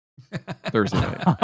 thursday